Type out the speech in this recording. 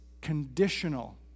conditional